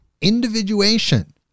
individuation